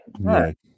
right